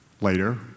later